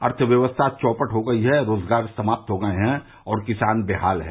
अर्थव्यवस्था चौपट हो गई है रोजगार समाप्त हो गये है और किसान बेहाल है